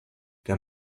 der